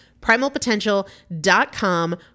Primalpotential.com